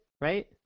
right